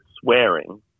swearing